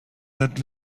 that